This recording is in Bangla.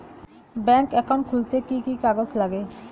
ব্যাঙ্ক একাউন্ট খুলতে কি কি কাগজ লাগে?